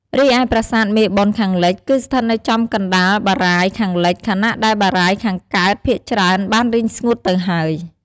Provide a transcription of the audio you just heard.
រីឯប្រាសាទមេបុណ្យខាងលិច គឺស្ថិតនៅចំកណ្ដាលបារាយណ៍ខាងលិច ខណៈដែលបារាយណ៍ខាងកើតភាគច្រើនបានរីងស្ងួតទៅហើយ។